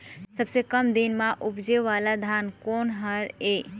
सबसे कम दिन म उपजे वाला धान कोन हर ये?